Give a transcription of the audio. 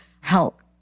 help